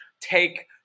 take